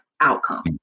outcome